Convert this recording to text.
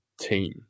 team